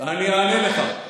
אני אענה לך.